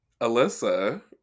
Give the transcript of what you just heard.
Alyssa